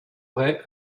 vraie